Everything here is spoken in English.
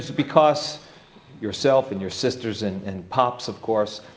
because yourself, and your sisters, and and pops, of course,